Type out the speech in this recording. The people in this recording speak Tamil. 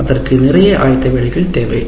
மற்றும் அதற்கு நிறைய ஆயத்த வேலைகள் தேவை